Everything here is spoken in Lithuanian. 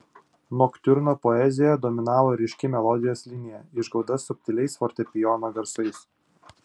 noktiurno poezijoje dominavo ryški melodijos linija išgauta subtiliais fortepijono garsais